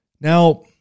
Now